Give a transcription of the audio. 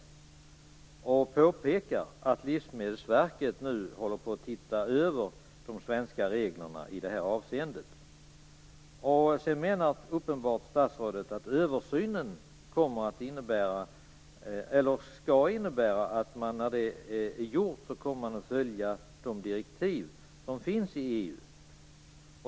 Hon påpekar att Livsmedelsverket nu håller på att titta över de svenska reglerna i detta avseende. Sedan menar statsrådet uppenbarligen att man när översynen är gjord kommer att följa de direktiv som finns i EU.